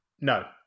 No